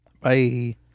Bye